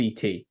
CT